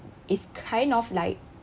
is kind of like